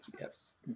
Yes